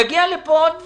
יגיעו לפה עוד דברים.